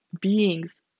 beings